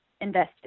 invested